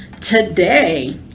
Today